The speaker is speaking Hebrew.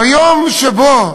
ביום שבו